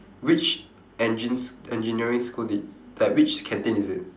which engine s~ engineering school did like which canteen is it